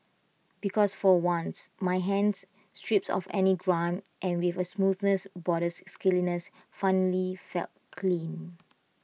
because for once my hands stripped of any grime and with A smoothness borders scaliness finally felt clean